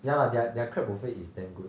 ya lah their their crab buffet is damn good